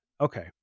Okay